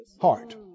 heart